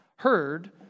heard